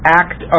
act